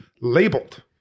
labeled